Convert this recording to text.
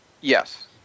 Yes